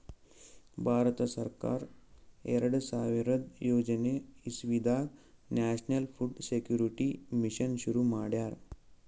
ಭಾರತ ಸರ್ಕಾರ್ ಎರಡ ಸಾವಿರದ್ ಯೋಳನೆ ಇಸವಿದಾಗ್ ನ್ಯಾಷನಲ್ ಫುಡ್ ಸೆಕ್ಯೂರಿಟಿ ಮಿಷನ್ ಶುರು ಮಾಡ್ಯಾರ್